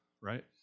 right